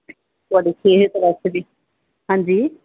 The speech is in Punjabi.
ਤੁਹਾਡੀ ਸਿਹਤ ਵਾਸਤੇ ਵੀ ਹਾਂਜੀ